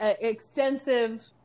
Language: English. extensive